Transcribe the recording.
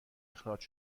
اخراج